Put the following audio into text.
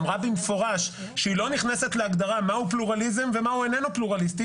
אמרה במפורש שהיא לא נכנסת להגדרה מהו פלורליזם ומהו איננו פלורליסטי,